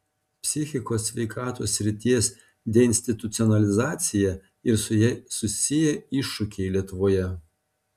psichikos sveikatos srities deinstitucionalizacija ir su ja susiję iššūkiai lietuvoje